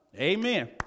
Amen